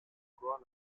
emploie